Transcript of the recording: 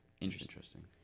Interesting